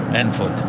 and food